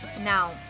Now